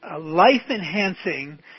life-enhancing